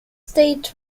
state